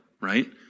Right